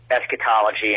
eschatology